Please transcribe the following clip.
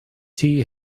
tea